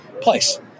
place